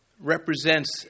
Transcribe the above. represents